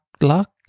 luck